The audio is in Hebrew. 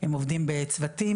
הם עובדים בצוותים,